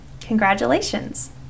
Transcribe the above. Congratulations